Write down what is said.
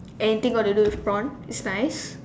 anything got to do with prawn is nice